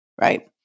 right